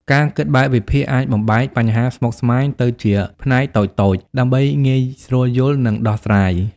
ការគិតបែបវិភាគ អាចបំបែកបញ្ហាស្មុគស្មាញទៅជាផ្នែកតូចៗ ដើម្បីងាយស្រួលយល់ និងដោះស្រាយ។